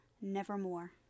nevermore